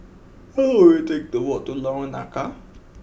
how long will it take to walk to Lorong Nangka